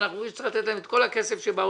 ואנחנו אומרים שצריך לתת להם את הכסף שבעולם,